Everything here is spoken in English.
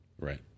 Right